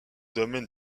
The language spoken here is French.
domaine